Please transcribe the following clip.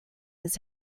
his